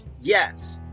yes